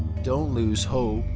don't lose hope.